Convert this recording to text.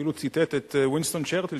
אפילו ציטט את וינסטון צ'רצ'יל,